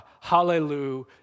hallelujah